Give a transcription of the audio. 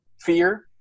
fear